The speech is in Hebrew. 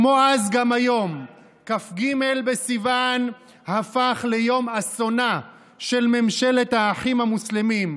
כמו אז גם היום כ"ג בסיוון הפך ליום אסונה של ממשלת האחים המוסלמים,